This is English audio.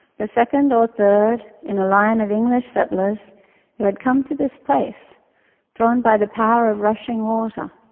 the second or third in a line of english settlers who had come to this place drawn by the power of rushing water.